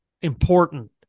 important